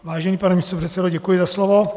Vážený pane místopředsedo, děkuji za slovo.